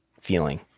feeling